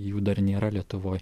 jų dar nėra lietuvoj